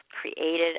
created